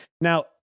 Now